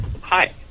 Hi